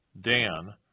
Dan